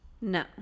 no